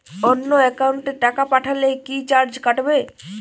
অন্য একাউন্টে টাকা পাঠালে কি চার্জ কাটবে?